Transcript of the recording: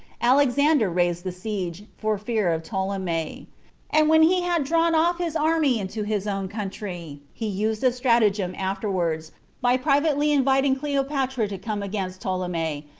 alexander raised the siege, for fear of ptolemy and when he had drawn off his army into his own country, he used a stratagem afterwards by privately inviting cleopatra to come against ptolemy,